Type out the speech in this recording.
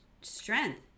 strength